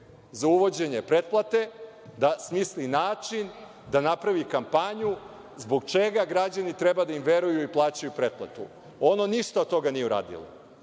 za uvođenje pretplate, da smisli način, da napravi kampanju zbog čega građani treba da im veruju i plaćaju pretplatu. Ono ništa od toga nije uradilo.